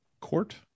court